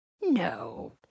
no